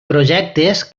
projectes